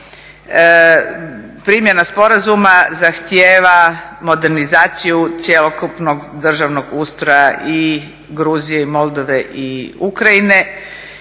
Primjena sporazuma zahtjeva modernizaciju cjelokupnog državnog ustroja i Gruzije i Moldove i Ukrajine